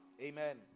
Amen